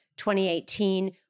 2018